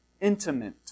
intimate